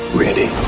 ready